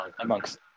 amongst